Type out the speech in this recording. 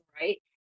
Right